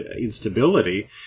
instability